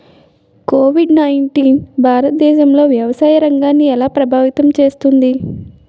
Covid nineteen భారతదేశంలోని వ్యవసాయ రంగాన్ని ఎలా ప్రభావితం చేస్తుంది?